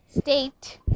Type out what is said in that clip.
state